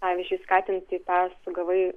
pavyzdžiui skatinti tą sugavai